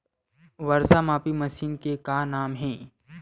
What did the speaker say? वर्षा मापी मशीन के का नाम हे?